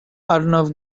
arnav